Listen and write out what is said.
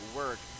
work